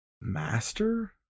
master